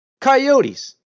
coyotes